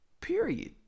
Period